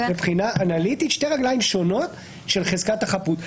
מבחינה אנליטית שתי רגליים שונות של חזקת החפות.